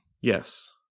Yes